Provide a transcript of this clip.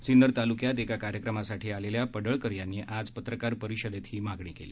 सिन्नर तालुक्यात एका कार्यक्रमासाठी आलेल्या पडळकर यांनी आज पत्रकार परिषदेमध्ये ही मागणी केली